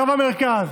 קו המרכז,